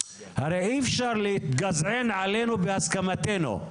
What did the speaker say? הרי, אי אפשר להתגזען עלינו בהסכמתנו,